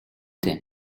дээ